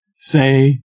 say